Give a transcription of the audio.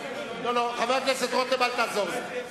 חבר הכנסת רותם, אל תעזור לי.